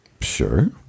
Sure